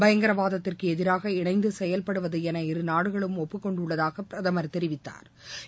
பயங்கரவாதத்திற்கு எதிராக இணைந்து செயல்படுவது என அவர் இருநாடுகளும் ஒப்புக்கொண்டுள்ளதாக பிரதமர் தெிவித்தாா்